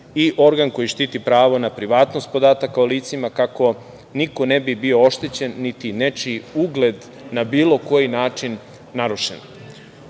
i organ koji štiti pravo na privatnost podataka o licima, kako niko ne bi bio oštećen niti nečiji ugled na bilo koji način narušena. On